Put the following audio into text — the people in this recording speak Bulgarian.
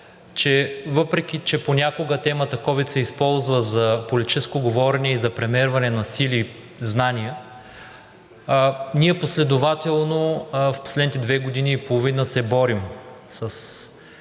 въпреки че понякога темата ковид се използва за политическо говорене и за премерване на сили и знания, ние последователно в последните две години и половина се борим с